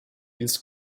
ils